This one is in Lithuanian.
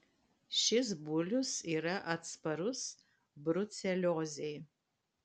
šis bulius yra atsparus bruceliozei